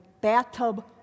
bathtub